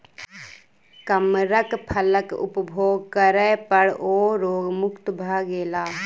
कमरख फलक उपभोग करै पर ओ रोग मुक्त भ गेला